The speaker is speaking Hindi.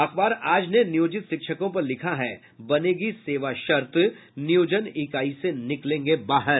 अखबार आज ने नियोजित शिक्षकों पर लिखा है बनेगी सेवा शर्त नियोजन इकाई से निकलेंगे बाहर